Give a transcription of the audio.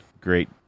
great